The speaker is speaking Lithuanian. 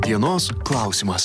dienos klausimas